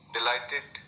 Delighted